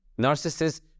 Narcissists